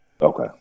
Okay